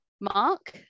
mark